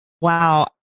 Wow